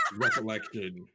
recollection